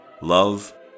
love